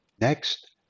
Next